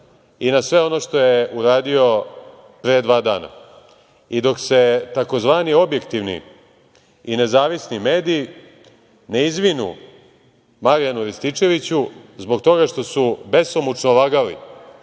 i na sve ono što je uradio pre dva dana i dok se takozvani objektivni i nezavisni mediji ne izvine Marijanu Rističeviću zbog toga što su besomučno lagali